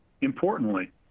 Importantly